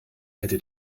hätte